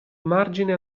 margine